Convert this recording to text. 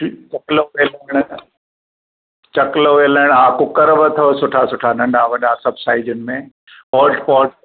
चु चकिलो वेलण चकिलो वेलण हा कुकर बि अथव सुठा सुठा नंढा वॾा सभु साईज़ुनि में हॉटपॉट